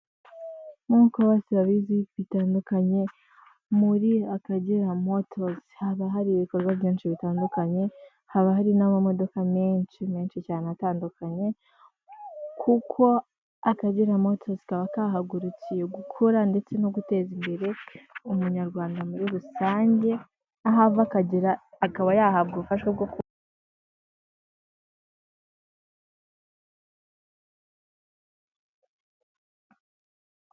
Nkuko bose babizi bitandukanye muri akagera motos haba hari ibikorwa byinshi bitandukanye haba hari n'amamodoka menshi menshi cyane atandukanye kuko akagera motos kaba kahagurukiye gukora ndetse no guteza imbere umunyarwanda muri rusange ahava akagera akaba yahabwa ubufasha bwo kuba.